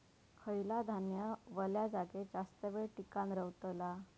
खयला धान्य वल्या जागेत जास्त येळ टिकान रवतला?